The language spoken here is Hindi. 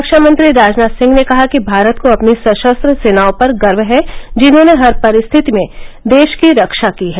रक्षामंत्री राजनाथ सिंह ने कहा कि भारत को अपनी सशस्त्र सेनाओं पर गर्व है जिन्होंने हर परिस्थिति में देश की रक्षा की है